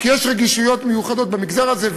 כי יש רגישויות במגזר הזה.